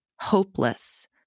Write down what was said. hopeless